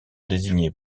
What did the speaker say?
désigner